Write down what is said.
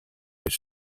his